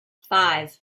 five